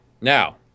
Now